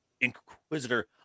inquisitor